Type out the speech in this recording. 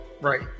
right